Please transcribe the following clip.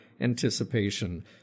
anticipation